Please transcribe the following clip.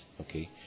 Okay